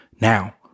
Now